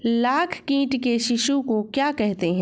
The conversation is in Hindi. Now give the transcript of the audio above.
लाख कीट के शिशु को क्या कहते हैं?